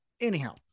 Anyhow